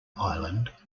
island